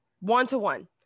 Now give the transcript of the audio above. one-to-one